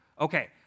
Okay